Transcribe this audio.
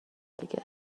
دیگه